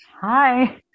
hi